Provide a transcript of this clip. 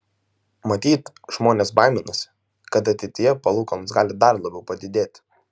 matyt žmonės baiminasi kad ateityje palūkanos gali dar labiau padidėti